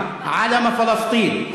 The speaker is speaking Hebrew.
הפרלמנט הפלסטיני?